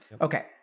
okay